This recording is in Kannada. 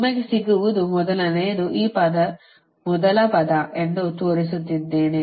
ನಿಮಗೆ ಸಿಗುವುದು ಮೊದಲನೆಯದು ಈ ಮೊದಲ ಪದ ಎಂದು ತೋರಿಸುತ್ತಿದ್ದೇನೆ